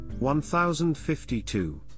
1052